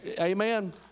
Amen